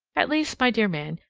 at least, my dear man,